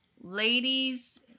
Ladies